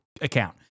account